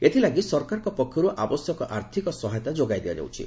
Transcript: ଏଥିଲାଗି ସରକାରଙ୍କ ପକ୍ଷର୍ ଆବଶ୍ୟକ ଆର୍ଥକ ସହାୟତା ଯୋଗାଇ ଦିଆଯାଉଛି